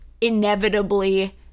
inevitably